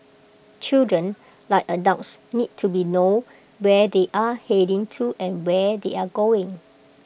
children like adults need to be known where they are heading to and where they are going